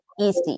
easy